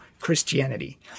Christianity